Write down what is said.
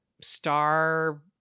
star